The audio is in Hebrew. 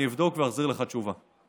אני אבדוק ואחזיר לך תשובה.